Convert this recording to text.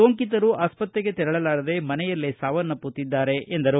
ಸೋಂಕಿತರು ಆಸ್ವತ್ರೆಗೆ ತೆರಳಲಾರದೆ ಮನೆಯಲ್ಲೇ ಸಾವನ್ನಮ್ಪತ್ತಿದ್ದಾರೆ ಎಂದರು